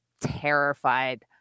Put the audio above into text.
terrified